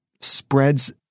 spreads